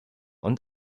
und